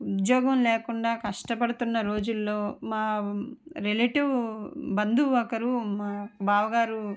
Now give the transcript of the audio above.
ఉద్యోగం లేకుండా కష్టపడుతున్న రోజుల్లో మా రిలెటీవ్ బంధువు ఒకరు మా బావగారు